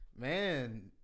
man